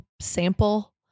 sample